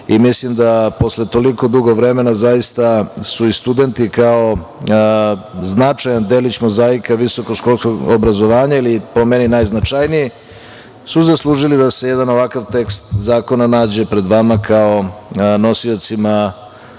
i mislim da posle toliko dugo vremena, zaista su i studenti, kao značajan delić mozaika visokoškolskog obrazovanja ili po meni, najznačajniji, zaslužili da se jedan ovakav tekst zakona nađe pred vama kao nosiocima